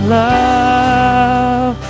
love